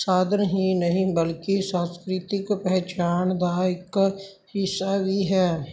ਸਾਧਨ ਹੀ ਨਹੀਂ ਬਲਕਿ ਸੰਸਕ੍ਰਿਤਿਕ ਪਹਿਛਾਣ ਦਾ ਇੱਕ ਹਿੱਸਾ ਵੀ ਹੈ